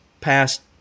past